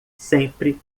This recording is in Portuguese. sempre